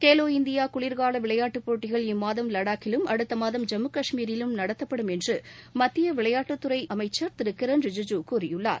Khelo India குளிர்கால விளையாட்டுப் போட்டிகள் இம்மாதம் லடாக்கிலும் அடுத்த மாதம் ஜம்மு கஷ்மீரிலும் நடத்தப்படும் என்று மத்திய விளையாட்டுத்துறை அமைச்ச் திரு கிரண் ரிஜிஜூ கூறியுள்ளார்